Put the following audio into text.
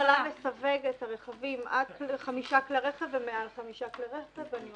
חוק שירותי הובלה מסווג את הרכבים עד חמישה כלי רכב ומעל חמישה כלי רכב.